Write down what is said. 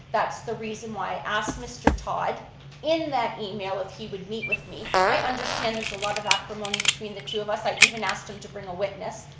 that's the reason why i asked mr. todd in that email if he would meet with me. i understand there's a lot of acrimony between the two of us, i even asked him to bring a witness,